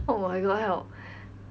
oh my god help